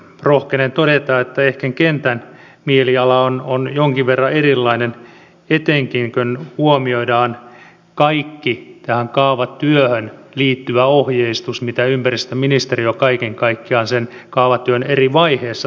rohkenen todeta että ehkä kentän mieliala on jonkin verran erilainen etenkin kun huomioidaan kaikki tähän kaavatyöhön liittyvä ohjeistus mitä ympäristöministeriö kaiken kaikkiaan sen kaavatyön eri vaiheissa tekee